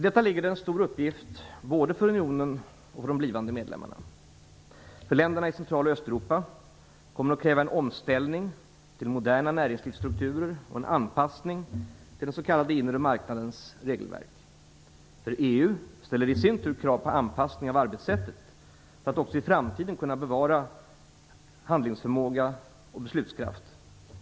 Här ligger en stor uppgift, både för unionen och för de blivande medlemmarna. För länderna i Centraloch Östeuropa kommer det att krävas en omställning till moderna näringslivsstrukturer och en anpassning till den s.k. inre marknadens regelverk. För EU ställer det i sin tur krav på anpassning av arbetssättet för att också i framtiden kunna bevara handlingsförmåga och beslutskraft.